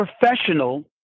professional